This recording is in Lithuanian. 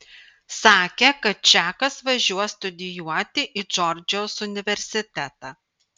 sakė kad čakas važiuos studijuoti į džordžijos universitetą